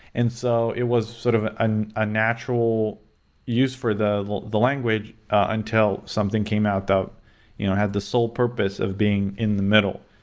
and so it was sort of and a natural use for the language language until something came out that you know have the sole purpose of being in the middle.